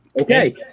okay